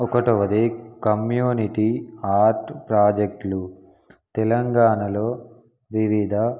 ఒకటవది community art ప్రాజెక్టులు తెలంగాణలో వివిధ